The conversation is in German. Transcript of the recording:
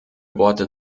worte